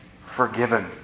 Forgiven